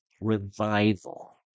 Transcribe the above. revival